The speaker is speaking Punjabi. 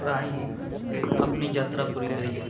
ਰਾਹੀਂ ਹੀ ਆਪਣੀ ਯਾਤਰਾ ਪੂਰੀ ਕਰੀਏ